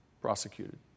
prosecuted